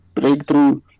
breakthrough